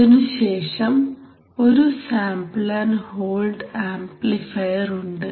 അതിനുശേഷം ഒരു sample and hold amplifier ഉണ്ട്